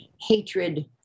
hatred